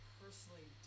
personally